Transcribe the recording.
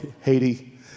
Haiti